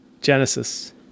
genesis